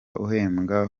uhembwa